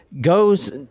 goes